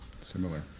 similar